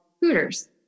Hooters